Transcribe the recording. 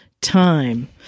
time